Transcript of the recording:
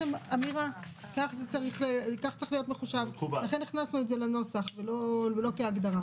אופיר אמר שאם ככה אל תתקצב אותו אלא תתקצב רק את הפריפריה.